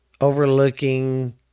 overlooking